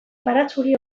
baratxuri